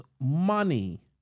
money